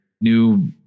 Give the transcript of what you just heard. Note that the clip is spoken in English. new